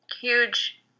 huge